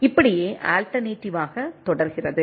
இப்படியே ஆல்டர்நேட்டிவாக தொடர்கிறது